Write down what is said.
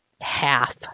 half